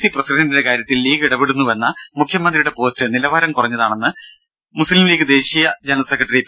C പ്രസിഡന്റിന്റെ കാര്യത്തിൽ league ഇടപെടുന്നുവെന്ന മുഖ്യമന്ത്രിയുടെ പോസ്റ്റ് നിലവാരം കുറഞ്ഞതാണെന്ന് പാർട്ടി ദേശീയ ജനറൽ സെക്രട്ടറി പി